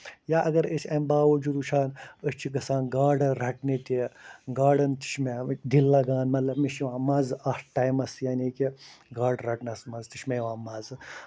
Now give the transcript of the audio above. یا اَگر أسۍ اَمہِ باوجوٗد وٕچھان أسۍ چھِ گژھان گاڈٕ رَٹنہِ تہِ گاڈَن تہِ چھُ مےٚ دِل لگان مطلب مےٚ چھُ یِوان مَزٕ اَتھ ٹایمَس یعنی کہِ گاڈٕ رَٹنَس منٛز تہِ چھُ مےٚ یِوان مزٕ